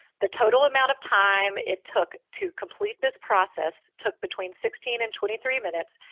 the total amount of time it took to complete this process took between sixteen and twenty three minutes.